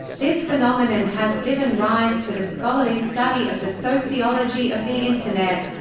this phenomenon has given rise to the scholarly study of the sociology of the internet.